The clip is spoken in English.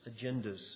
agendas